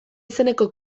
izeneko